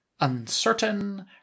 uncertain